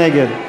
מי נגד?